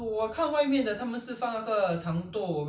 bean curd you know the bean curd you need to need to be fried